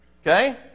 Okay